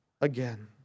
again